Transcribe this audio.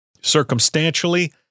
circumstantially